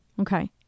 Okay